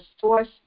source